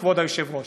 כבוד היושב-ראש,